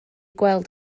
gweld